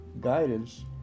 guidance